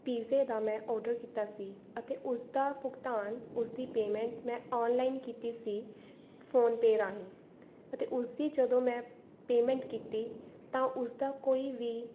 ਪੀਜ਼ੇ ਦਾ ਮੈਂ ਔਡਰ ਕੀਤਾ ਸੀ ਅਤੇ ਉਸਦਾ ਭੁਗਤਾਨ ਉਸਦੀ ਪੇਮੈਂਟ ਮੈਂ ਔਨਲਾਈਨ ਕੀਤੀ ਸੀ ਫੋਨਪੇ ਰਾਹੀਂ ਅਤੇ ਉਸਦੀ ਜਦੋਂ ਮੈਂ ਪੇਮੈਂਟ ਕੀਤੀ ਤਾਂ ਉਸਦਾ ਕੋਈ ਵੀ